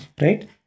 right